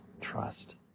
trust